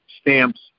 stamps